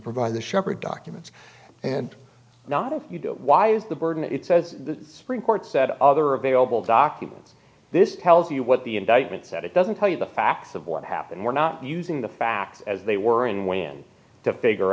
provide the sheppard documents and not if you don't why is the burden it says the supreme court said other available documents this tells you what the indictment said it doesn't tell you the facts of what happened we're not using the facts as they were and when to figure